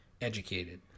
educated